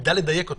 נדע לדייק אותו.